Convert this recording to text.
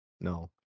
No